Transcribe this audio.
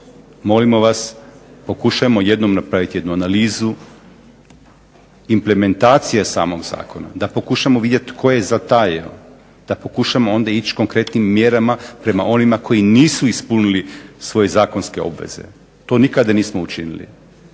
Molimo vas, pokušajmo jednom napraviti jednu analizu implementacije samog zakona. Da pokušamo vidjeti tko je za taj, da pokušamo onda ići konkretnim mjerama prema onima koji nisu ispunili svoje zakonske obveze. To nikada nismo učinili.